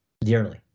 dearly